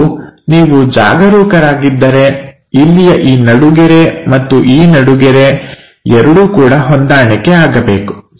ಮತ್ತು ನೀವು ಜಾಗರೂಕರಾಗಿದ್ದರೆ ಇಲ್ಲಿಯ ಈ ನಡುಗೆರೆ ಮತ್ತುಈ ನಡುಗೆರೆ ಎರಡು ಕೂಡ ಹೊಂದಾಣಿಕೆ ಆಗಬೇಕು